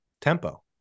tempo